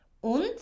Und